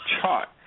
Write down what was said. chart